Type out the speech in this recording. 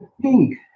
pink